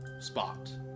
spot